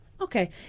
okay